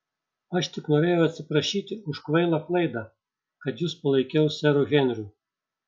aš tik norėjau atsiprašyti už kvailą klaidą kad jus palaikiau seru henriu